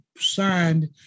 signed